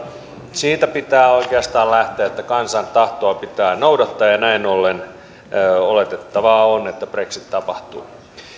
siitä pitää oikeastaan lähteä että kansan tahtoa pitää noudattaa ja näin ollen oletettavaa on että brexit tapahtuu